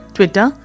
Twitter